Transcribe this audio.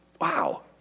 wow